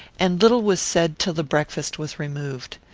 and little was said till the breakfast was removed.